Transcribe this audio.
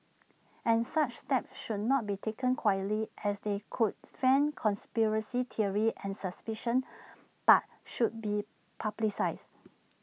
and such steps should not be taken quietly as they could fan conspiracy theories and suspicion but should be publicised